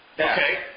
Okay